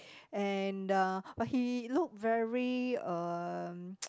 and uh but he look very uh